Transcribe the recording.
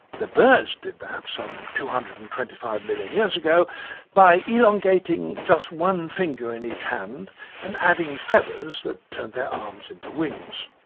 the birds did that some two hundred and twenty five million years ago by elongating just one finger in each hand and adding feathers that turned their arms into wings.